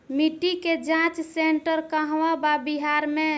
मिटी के जाच सेन्टर कहवा बा बिहार में?